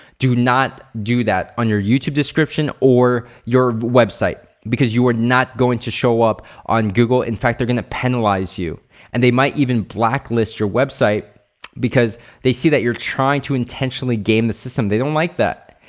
do not do that on your youtube description or your website because you are not going to show up google. in fact, they're gonna penalize you and they might even black list your website because they see that you're trying to intentionally game the system. they don't like that.